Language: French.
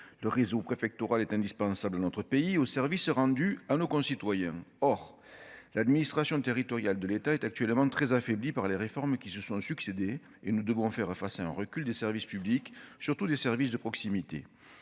le réseau préfectoral est indispensable, notre pays au service rendu à nos concitoyens, or l'administration territoriale de l'État est actuellement très affaiblis par les réformes qui se sont succédés et nous devons faire face à un recul des services publics, surtout des services de proximité,